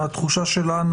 התחושה שלנו,